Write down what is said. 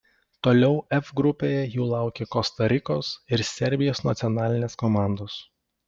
toliau f grupėje jų laukia kosta rikos ir serbijos nacionalinės komandos